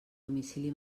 domicili